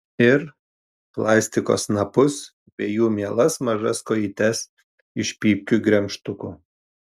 ir plastiko snapus bei jų mielas mažas kojytes iš pypkių gremžtukų